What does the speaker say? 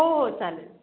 हो हो चालेल